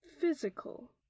physical